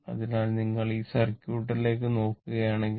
അതിനാൽ നിങ്ങൾ ഈ സർക്യൂട്ടിലേക്ക് നോക്കുകയാണെങ്കിൽ